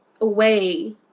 away